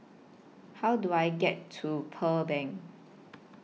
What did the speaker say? How Do I get to Pearl Bank